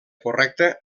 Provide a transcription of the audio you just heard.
correcta